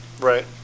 Right